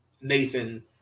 Nathan